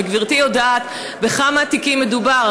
וגברתי יודעת בכמה תיקים מדובר,